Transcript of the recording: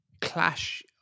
clash